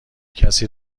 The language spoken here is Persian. کسی